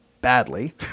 badly